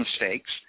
mistakes